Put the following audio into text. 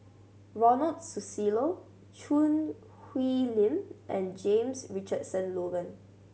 Ronald Susilo Choo Hwee Lim and James Richardson Logan